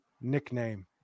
nickname